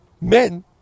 men